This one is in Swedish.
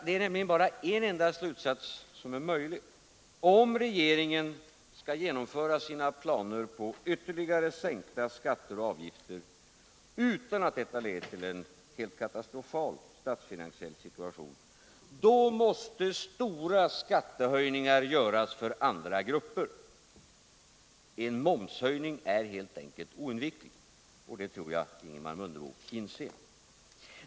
Det är nämligen bara en enda slutsats som är möjlig: Om regeringen skall genomföra sina planer på ytterligare skatteoch avgiftssänkningar, utan att detta leder till en rent katastrofal statsfinansiell situation, måste stora skattehöjningar genomföras för andra grupper. En momshöjning är helt enkelt oundviklig, och det tror jag Ingemar Mundebo inser.